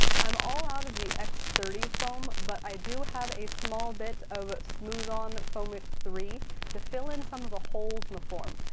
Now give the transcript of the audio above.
i'm all out of the x thirty foam, but i do have a small bit of smooth-on foam-it! three to fill in some of the holes in the form.